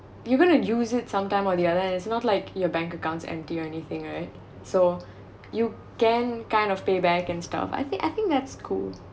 you're going to use it sometimes or the other it's not like your bank account is empty or anything right so you can kind of pay back and stuff I think I think that's cool